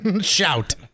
Shout